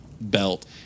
Belt